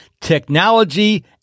Technology